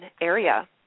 area